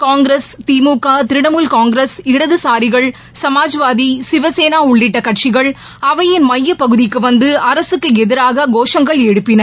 காங்கிரஸ் திமுக திரிணாமுல் காங்கிரஸ் இடது சாரிகள் சமாஜ்வாதி சிவசேனா உள்ளிட்ட கட்சிகள் அவையின் மையப் பகுதிக்கு வந்து அரசுக்கு எதிராக கோஷங்களை எழுப்பின